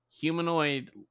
humanoid